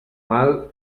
mal